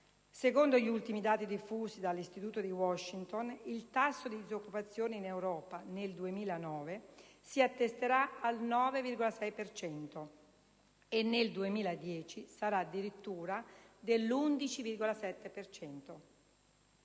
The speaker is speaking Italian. Secondo gli ultimi dati diffusi dall'istituto di Washington, il tasso di disoccupazione in Europa nel 2009 si attesterà al 9,6 per cento e nel 2010 sarà addirittura dell'11,7